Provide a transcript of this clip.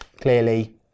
clearly